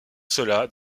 cela